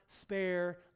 spare